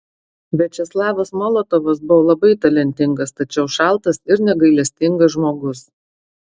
viačeslavas molotovas buvo labai talentingas tačiau šaltas ir negailestingas žmogus